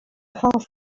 half